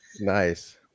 nice